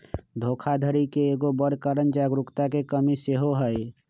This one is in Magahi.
धोखाधड़ी के एगो बड़ कारण जागरूकता के कम्मि सेहो हइ